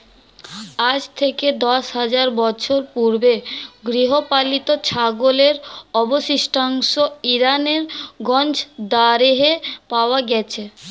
আজ থেকে দশ হাজার বছর পূর্বে গৃহপালিত ছাগলের অবশিষ্টাংশ ইরানের গঞ্জ দারেহে পাওয়া গেছে